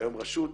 והיום רשות,